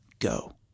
go